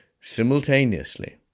simultaneously